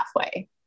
halfway